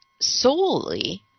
solely